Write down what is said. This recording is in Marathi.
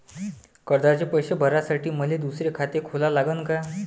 कर्जाचे पैसे भरासाठी मले दुसरे खाते खोला लागन का?